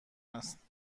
است